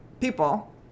people